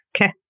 Okay